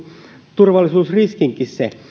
turvallisuusriskinkin